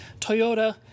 Toyota